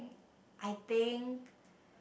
I think